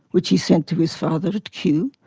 which he sent to his father at kew,